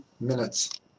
minutes